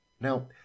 Now